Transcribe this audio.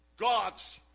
God's